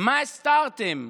מה הסתרתם?